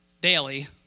daily